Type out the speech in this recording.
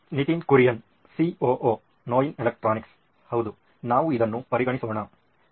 Nitin Kurian COO ನೋಯಿನ್ electronics ಹೌದು ನಾವು ಇದನ್ನು ಪರಿಗಣಿಸೋಣ